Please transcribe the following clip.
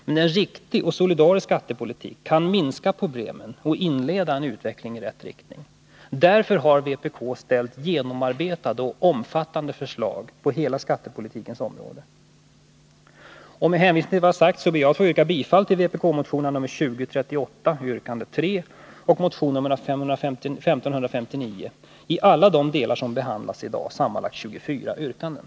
Men en riktig och solidarisk skattepolitik kan minska problemen och inleda en utveckling i rätt riktning. Därför har vpk ställt genomarbetade och omfattande förslag på hela skattepolitikens område. Med hänvisning till vad jag sagt ber jag att få yrka bifall till vpk-motionerna 2038, yrkande 3, och 1559 i alla de delar som behandlas i dag, sammanlagt 24 yrkanden.